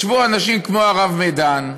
ישבו אנשים כמו הרב מדן,